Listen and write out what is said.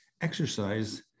exercise